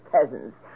peasants